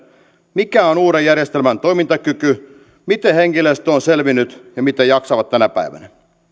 mikä on uuden järjestelmän toimintakyky miten henkilöstö on selvinnyt ja miten jaksaa tänä päivänä